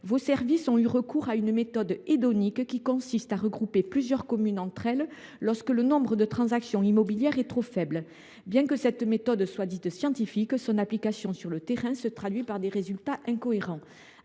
vos services ont eu recours à une méthode hédonique consistant à regrouper plusieurs communes entre elles lorsque le nombre de transactions immobilières est trop faible. Bien que cette méthode soit prétendument scientifique, son application sur le terrain se traduit par des résultats incohérents.